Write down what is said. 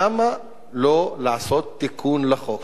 למה לא לעשות תיקון לחוק,